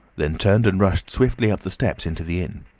then turned and rushed swiftly up the steps into the inn.